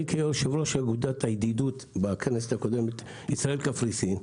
אני כיושב ראש אגודת הידידות בכנסת הקודמת של ישראל קפריסין,